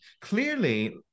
clearly